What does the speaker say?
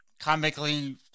comically